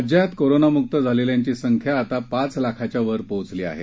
राज्यात कोरोनामुक्त झालेल्यांची संख्या आता पाच लाखाच्या वर पोचली आहे